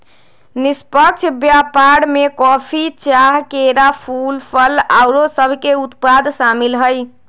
निष्पक्ष व्यापार में कॉफी, चाह, केरा, फूल, फल आउरो सभके उत्पाद सामिल हइ